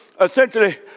essentially